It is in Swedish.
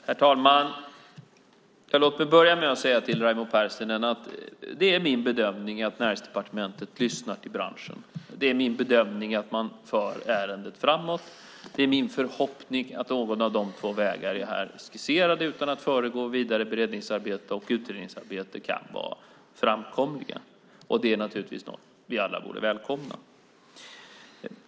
Herr talman! Jag börjar med att säga till Raimo Pärssinen att det är min bedömning att Näringsdepartementet lyssnar till branschen. Det är min bedömning att man för ärendet framåt. Det är min förhoppning att någon av de två vägar jag skisserade - utan att föregå vidare beredningsarbete och utredningsarbete - kan vara framkomlig. Det är naturligtvis något vi alla borde välkomna.